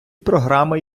програми